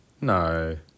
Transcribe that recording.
No